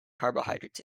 carbohydrates